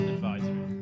Advisory